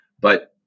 But-